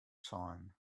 time